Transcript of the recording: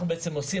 עושים?